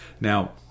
Now